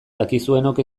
dakizuenok